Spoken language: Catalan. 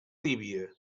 líbia